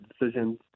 decisions